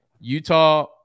Utah